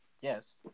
Yes